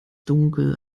dunkel